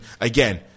again